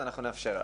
אז אנחנו נאפשר לה.